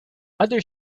other